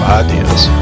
ideas